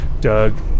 Doug